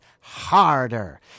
Harder